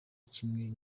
kimwe